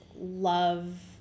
love